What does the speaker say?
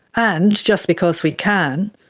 and just because we can,